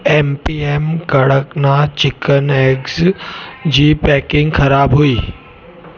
M P M Kadaknath chicken eggs जी packing ख़राबु हुई